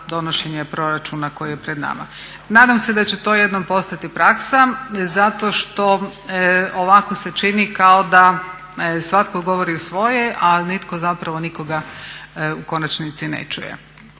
donošenje proračuna koji je pred nama. Nadam se da će to jednom postati praksa zato što ovako se čini kao da svatko govori svoje a nitko zapravo nikoga u konačnici ne čuje.